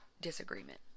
disagreement